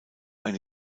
eine